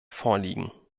vorliegen